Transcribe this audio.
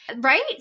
right